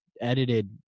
edited